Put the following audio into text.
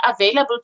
available